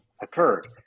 occurred